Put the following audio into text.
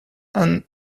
and